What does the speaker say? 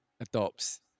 adopts